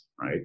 right